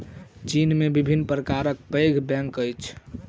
चीन में विभिन्न प्रकारक पैघ बैंक अछि